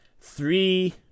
Three